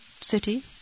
city